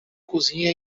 cozinha